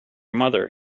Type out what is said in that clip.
mother